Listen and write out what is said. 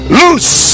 loose